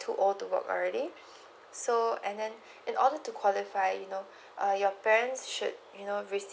too old to work already so and then in order to qualify you know uh your parents should you know visit